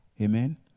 Amen